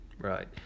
Right